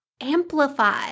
amplify